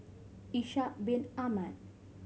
Ishak Bin Ahmad